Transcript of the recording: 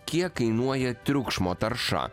kiek kainuoja triukšmo tarša